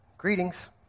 Greetings